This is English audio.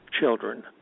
children